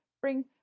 bring